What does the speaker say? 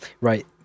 right